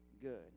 good